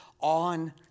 on